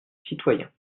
citoyen